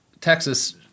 Texas